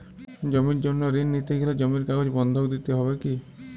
জমির জন্য ঋন নিতে গেলে জমির কাগজ বন্ধক দিতে হবে কি?